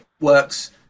works